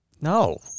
No